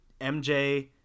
MJ